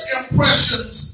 impressions